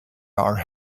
are